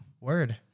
Word